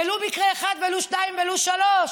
ולו בשל מקרה אחד, ולו שניים, ולו שלושה.